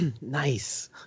Nice